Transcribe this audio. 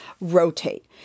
rotate